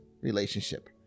relationship